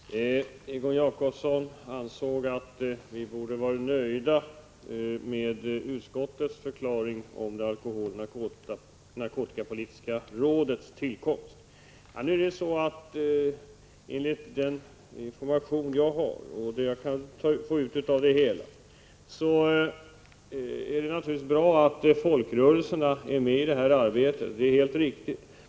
Herr talman! Egon Jacobsson anser att vi bör vara nöjda med utskottets förklaring när det gäller alkoholoch narkotikapolitiska rådets tillkomst. Det är naturligtvis bra att folkrörelserna är med i detta arbete.